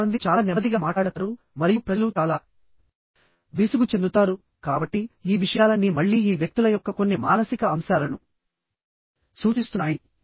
కొంతమంది చాలా నెమ్మదిగా మాట్లాడతారు మరియు ప్రజలు చాలా విసుగు చెందుతారు కాబట్టి ఈ విషయాలన్నీ మళ్ళీ ఈ వ్యక్తుల యొక్క కొన్ని మానసిక అంశాలను సూచిస్తున్నాయి